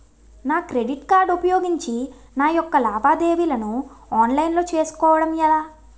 నా credit card ఉపయోగించి నా యెక్క లావాదేవీలను ఆన్లైన్ లో చేసుకోవడం ఎలా?